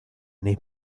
nei